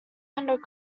hundred